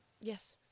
Yes